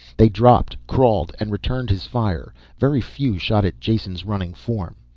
they dropped, crawled, and returned his fire. very few shot at jason's running form.